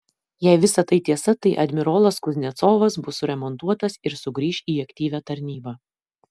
jei visa tai tiesa tai admirolas kuznecovas bus suremontuotas ir sugrįš į aktyvią tarnybą